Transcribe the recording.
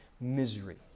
misery